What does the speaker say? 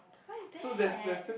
what's that